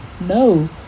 No